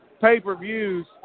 pay-per-views